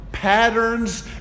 Patterns